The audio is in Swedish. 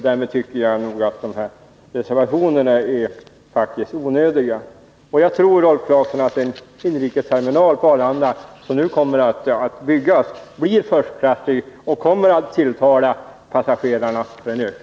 Därmed tycker jag att reservationerna faktiskt är onödiga. Jag tror, Rolf Clarkson, att den inrikesterminal på Arlanda som nu kommer att byggas blir förstklassig och kommer att tilltala passagerarna.